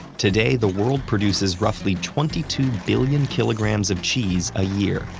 today, the world produces roughly twenty two billion kilograms of cheese a year,